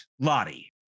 Lottie